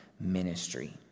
ministry